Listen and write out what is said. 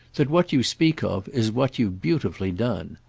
that what you speak of is what you've beautifully done.